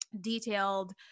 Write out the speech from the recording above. detailed